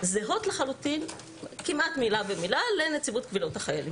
זהות לחלוטין כמעט מילה במילה לנציבות קבילות החיילים.